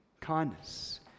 kindness